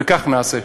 וכך נעשה.